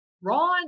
Ron